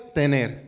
tener